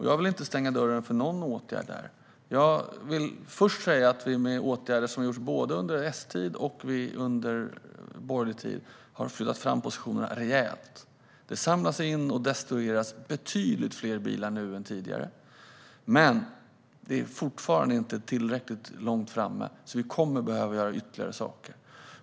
Jag stänger inte dörren för någon åtgärd här. Låt mig först säga att vi med åtgärder som har gjorts både under S-tid och borgerlig tid har flyttat fram positionerna rejält. Det samlas in och destrueras betydligt fler bilar nu än tidigare. Men detta räcker inte, så vi kommer att behöva vidta ytterligare åtgärder.